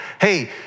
Hey